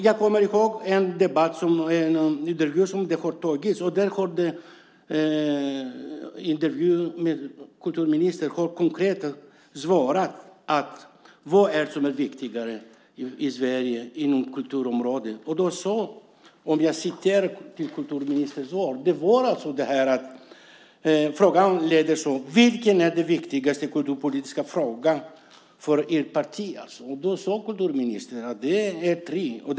Jag kommer ihåg en debatt där kulturministern fick en fråga om vad som är viktigast i Sverige inom kulturområdet. Frågan löd så här: Vilken är den viktigaste kulturpolitiska frågan för ert parti? Då svarade kulturministern att det är tre frågor.